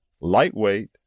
lightweight